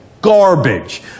Garbage